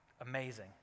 amazing